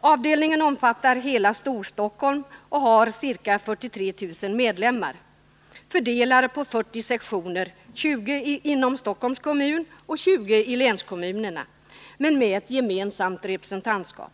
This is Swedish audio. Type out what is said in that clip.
Avdelningen omfattar hela Storstockholm, har ca 43 000 medlemmar fördelade på 40 sektioner, 20 i Stockholms kommun och 20 i länskommunerna, men med ett gemensamt representantskap.